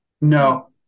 No